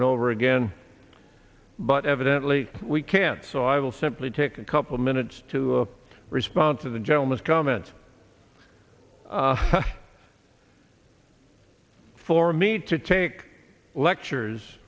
and over again but evidently we can't so i will simply take a couple minutes to respond to the gentleman's comment for me to take lectures